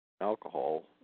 alcohol